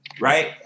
right